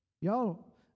Y'all